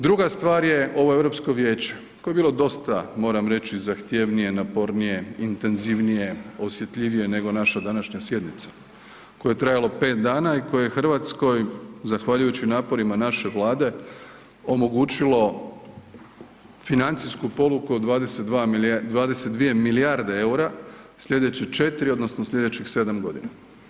Druga stvar je ovo EU vijeće koje je bilo dosta, moram reći, zahtjevnije, napornije, intenzivnije, osjetljivije nego naša današnja sjednica koja je trajalo 5 dana i koje je Hrvatskoj, zahvaljujući naporima naše Vlade, omogućilo financijsku polugu od 22 milijarde eura sljedeće 4, odnosno sljedećih 7 godina.